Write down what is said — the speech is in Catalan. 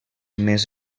més